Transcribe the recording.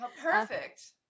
Perfect